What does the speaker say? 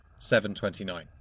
729